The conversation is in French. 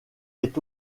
est